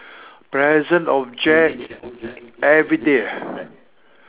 present object everyday ah